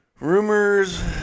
Rumors